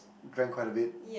drank quite a bit